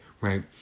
Right